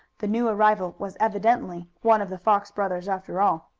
the new arrival was evidently one of the fox brothers, after all.